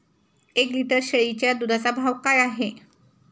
एक लिटर शेळीच्या दुधाचा भाव काय आहे?